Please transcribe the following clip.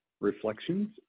reflections